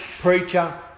preacher